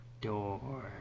door